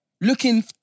Looking